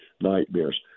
nightmares